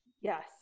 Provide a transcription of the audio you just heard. Yes